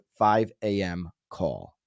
5AMCALL